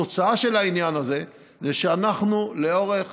התוצאה של העניין הזה היא שאנחנו לאורך